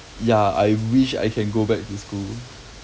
ya I wish I can go back to school